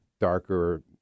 darker